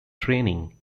training